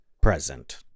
present